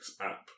app